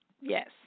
Yes